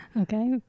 Okay